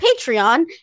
patreon